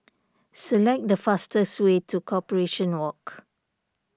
select the fastest way to Corporation Walk